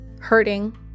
hurting